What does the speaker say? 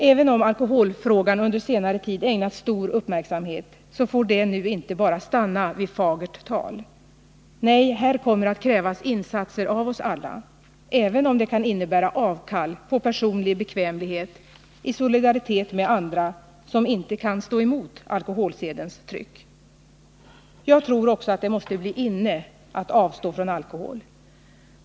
Även om alkoholfrågan under senare tid ägnats stor uppmärksamhet får det nu inte bara stanna vid fagert tal. Nej, här kommer att krävas insatser av oss alla — även om det kan innebära avkall på personlig bekvämlighet i solidaritet med andra, som inte kan stå emot alkoholsedens tryck. Jag tror också att det måste bli ”inne” att avstå från alkohol.